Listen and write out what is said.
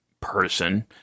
person